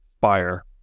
Fire